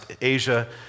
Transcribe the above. Asia